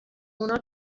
اونا